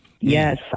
Yes